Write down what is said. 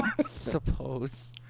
Suppose